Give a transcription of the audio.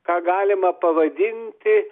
ką galima pavadinti